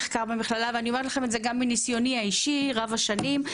ואני אומר לכם את זה גם מניסיוני האישי רב השנים,